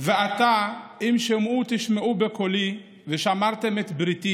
"ועתה אם שמוע תשמעו בקֹלי ושמרתם את בריתי